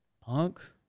Punk